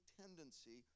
tendency